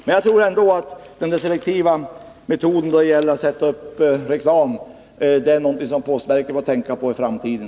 Men jag tror ändå att den selektiva metoden då det gäller att sätta upp reklam är något som postverket får tänka på i framtiden.